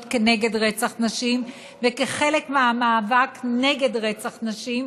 נגד רצח נשים וכחלק מהמאבק נגד רצח נשים,